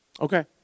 Okay